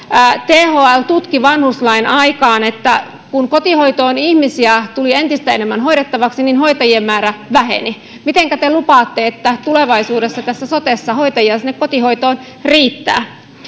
thl tutki vanhuslain aikaan että kun kotihoitoon tuli entistä enemmän ihmisiä hoidettavaksi niin hoitajien määrä väheni mitenkä te lupaatte että tulevaisuudessa tässä sotessa riittää hoitajia sinne kotihoitoon